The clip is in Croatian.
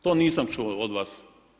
To nisam čuo od vas.